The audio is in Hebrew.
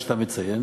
כפי שאתה מציין,